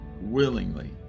willingly